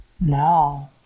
No